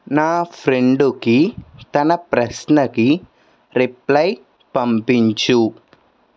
నా ఫ్రెండుకి తన ప్రశ్నకి రిప్లై పంపించు